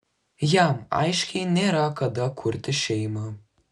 jam aiškiai nėra kada kurti šeimą